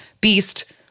Beast